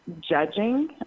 judging